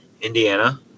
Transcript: indiana